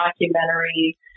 documentary